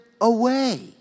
away